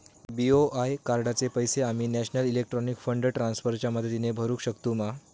BOI कार्डाचे पैसे आम्ही नेशनल इलेक्ट्रॉनिक फंड ट्रान्स्फर च्या मदतीने भरुक शकतू मा?